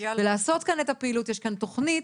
יש כאן תוכנית,